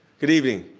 good evening.